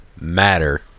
matter